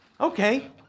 Okay